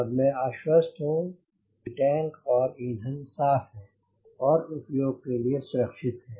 अब मैं आश्वस्त हूँ कि टैंक और ईंधन साफ़ हैं और उपयोग के लिए सुरक्षित हैं